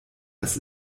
das